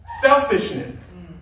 selfishness